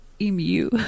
Emu